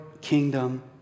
kingdom